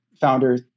founder